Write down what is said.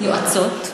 יועצות.